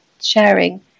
sharing